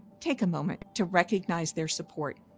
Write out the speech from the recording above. take a moment to recognize their support.